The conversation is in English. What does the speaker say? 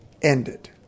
ended